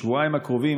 בשבועיים הקרובים.